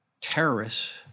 terrorists